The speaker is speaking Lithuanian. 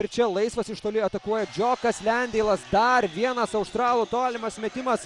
ir čia laisvas iš toli atakuoja džiokas lendeilas dar vienas australų tolimas metimas